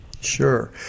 Sure